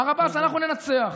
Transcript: מר עבאס, אנחנו ננצח.